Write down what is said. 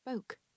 spoke